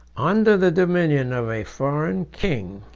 under the dominion of a foreign king,